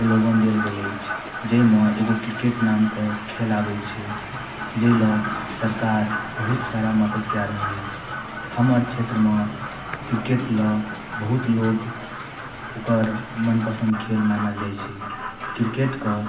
प्रलोभन देल गेल अछि जाहिमे एगो क्रिकेट नाम कऽ खेल आबैत छै जाहि लऽ सरकार बहुत सारा मदद कै रहल अछि हमर छेत्रमे क्रिकेट लऽ बहुत लोक ओकर मनपसंद खेल मानल जाइत छै क्रिकेट कऽ